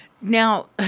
now